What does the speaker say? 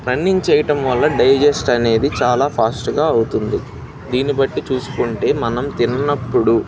running చెయ్యడం వల్ల digest అనేది చాలా ఫాస్ట్గా అవుతుంది దీన్ని బట్టి చూసుకుంటే మనం తిన్నప్పుడు